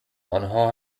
آنها